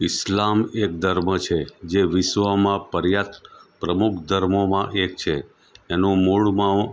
ઇસ્લામ એક ધર્મ છે જે વિશ્વમાં પર્યાત પ્રમુખ ધર્મોમાં એક છે એનું મૂળમાં